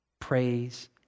praise